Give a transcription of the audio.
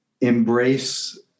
embrace